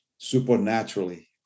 supernaturally